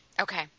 Okay